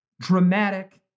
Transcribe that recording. dramatic